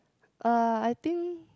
uh I think